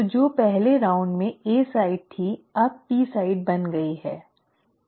तो जो पहले दौ र में ए साइट थी अब पी साइट बन गई है